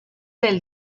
del